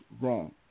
wrong